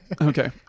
Okay